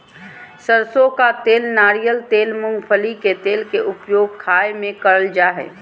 सरसों का तेल नारियल तेल मूंगफली के तेल के उपयोग खाय में कयल जा हइ